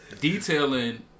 Detailing